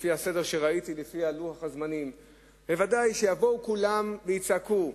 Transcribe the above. לפי לוח הזמנים שראיתי, וודאי שיבואו כולם ויצעקו: